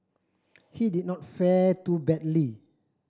he did not fare too badly